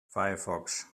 firefox